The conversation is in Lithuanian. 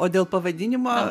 o dėl pavadinimo